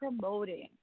promoting